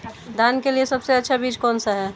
धान के लिए सबसे अच्छा बीज कौन सा है?